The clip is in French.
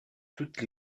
toutes